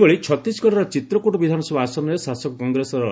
ସେହିଭଳି ଛତିଶଗଡ଼ର ଚିତ୍ରକୋଟ୍ ବିଧାନସଭା ଆସନରେ ଶାସକ କଂଗ୍ରେସର